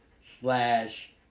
slash